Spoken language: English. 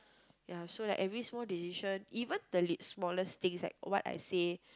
ya so like every small decision even the li~ smallest thing like what I say